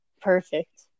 Perfect